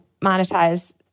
monetize